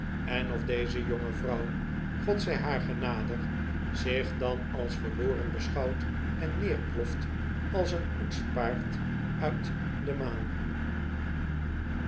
en of deze jonge vrouw god zij haar genadig zich dan als verloren beschouwt en neerploft als een koetspaard uit de maan